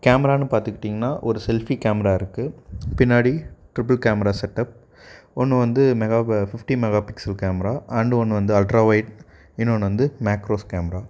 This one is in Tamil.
கேமரானு பார்த்துக்கிட்டிங்கன்னா ஒரு செல்ஃபீ கேமரா இருக்குது பின்னாடி ட்ரிபிள் கேமரா செட்டப் ஒன்று வந்து mega fifty mega pixel camera and one வந்து அல்ட்ரா வொயிட் இன்னொன்று வந்து மேக்ரோஸ் கேமரா